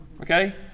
Okay